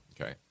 Okay